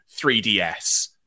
3DS